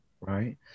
right